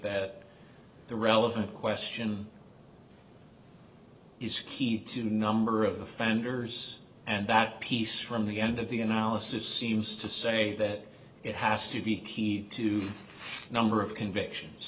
that the relevant question is key to number of offenders and that piece from the end of the analysis seems to say that it has to be keyed to the number of convictions